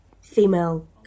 female